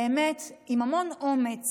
עם המון אומץ